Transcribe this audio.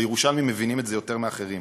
וירושלמים מבינים את זה יותר מאחרים.